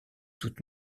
toute